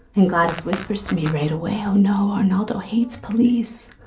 and gladys whispers to me right away, oh, no, arnaldo hates police.